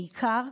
בעיקר,